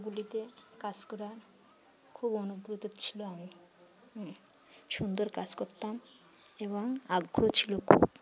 গুলিতে কাজ করার খুব অনুগ্রহ ছিল আমার সুন্দর কাজ করতাম এবং আগ্রহ ছিল খুব